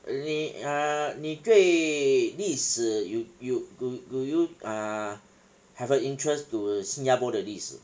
你 err 你对历史 you you do do you uh have a interest to 新加坡的历史